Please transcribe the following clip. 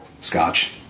Scotch